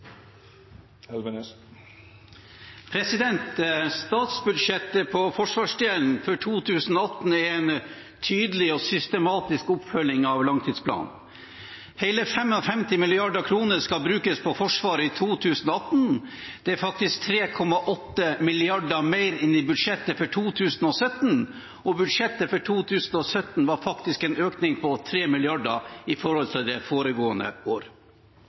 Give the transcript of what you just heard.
av statsbudsjettet for 2018 er en tydelig og systematisk oppfølging av langtidsplanen. Hele 55 mrd. kr skal brukes på Forsvaret i 2018. Det er 3,8 mrd. kr mer enn i budsjettet for 2017, og budsjettet for 2017 var en økning på 3 mrd. kr i forhold til det